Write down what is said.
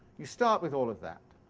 you start with all of that.